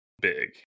big